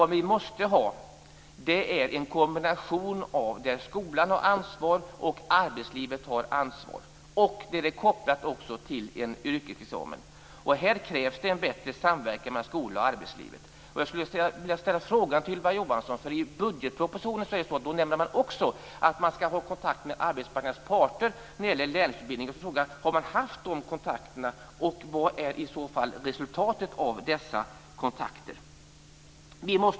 Det måste vara en kombination där skolan har ansvar och arbetslivet har ansvar, och det måste också finnas en koppling till en yrkesexamen. På den här punkten krävs det en bättre samverkan mellan skolan och arbetslivet. I budgetpropositionen nämns att man skall ha kontakt med arbetsmarknadens parter när det gäller lärlingsutbildning. Har man haft de kontakterna, och vad är i så fall resultatet av dessa kontakter?